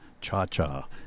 Cha-Cha